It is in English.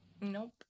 Nope